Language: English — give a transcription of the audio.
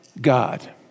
God